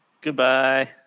Goodbye